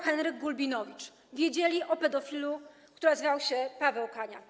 Henryk Gulbinowicz wiedzieli o pedofilu, który nazywał się Paweł Kania.